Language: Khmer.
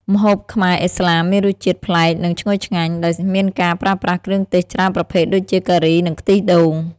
ម្ហូបខ្មែរឥស្លាមមានរសជាតិប្លែក និងឈ្ងុយឆ្ងាញ់ ដោយមានការប្រើប្រាស់គ្រឿងទេសច្រើនប្រភេទដូចជា ការី និងខ្ទិះដូង។